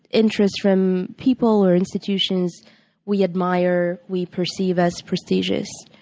interest from people or institutions we admire, we perceive as prestigious.